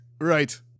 right